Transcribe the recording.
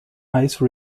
ice